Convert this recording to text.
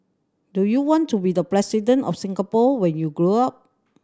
do you want to be the President of Singapore when you grow up